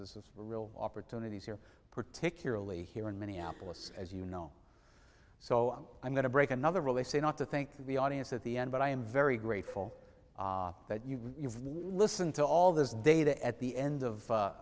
this is a real opportunity here particularly here in minneapolis as you know so i'm going to break another really say not to thank the audience at the end but i am very grateful that you listen to all this data at the end of